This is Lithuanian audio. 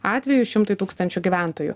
atvejų šimtui tūkstančių gyventojų